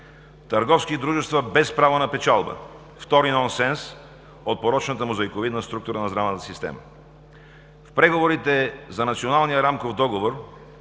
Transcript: търговски дружества без право на печалба – втори нонсенс от порочната мозайковидна структура на здравната система. В преговорите за Националния рамков договор